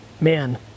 man